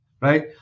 right